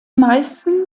meisten